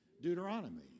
Deuteronomy